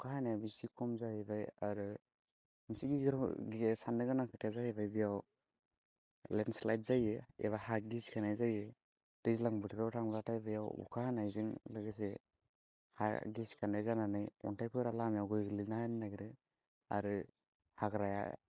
अखा हानायाबो एसे खम जाहैबाय आरो मोनसे गिख्रंथाव सान्नो गोनां खोथाया जाहैबाय बेयाव लेण्दस्लाइद जायो एबा हा गिसिखानाय जायो दैज्लां बोथोराव थांबाथाय अखा हानायजों लोगोसे हा गिसि नाय जानानै अन्थाइफोरा लामायाव गोलैना होनो नागिरो आरो हाग्राया